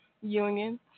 Union